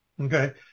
Okay